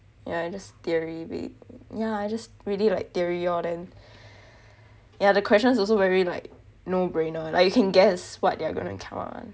yah it's just theory yah I just really like theory lor then yah the questions also very like no brainer like you can guess what they are going to come out